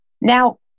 Now